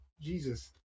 Jesus